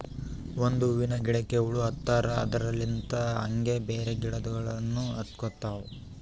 ಒಂದ್ ಹೂವಿನ ಗಿಡಕ್ ಹುಳ ಹತ್ತರ್ ಅದರಲ್ಲಿಂತ್ ಹಂಗೆ ಬ್ಯಾರೆ ಗಿಡಗೋಳಿಗ್ನು ಹತ್ಕೊತಾವ್